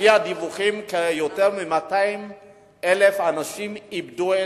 לפי הדיווחים יותר מ-200,000 אנשים איבדו,